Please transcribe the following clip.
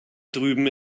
drüben